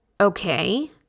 Okay